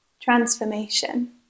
transformation